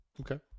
Okay